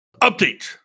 Update